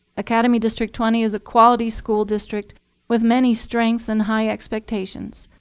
academy district twenty is a quality school district with many strengths and high expectations.